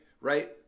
right